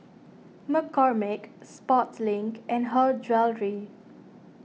McCormick Sportslink and Her Jewellery